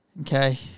okay